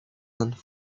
than